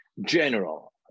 general